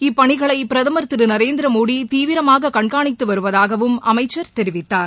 இப்பணிகளை பிரதமர் திரு நரேந்திரமோடி தீவிரமாக கண்காணித்து வருவதாகவும் அமைச்சர் தெரிவித்தார்